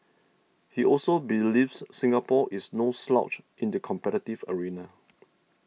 he also believes Singapore is no slouch in the competitive arena